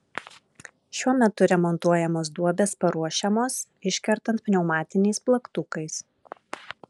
šiuo metu remontuojamos duobės paruošiamos iškertant pneumatiniais plaktukais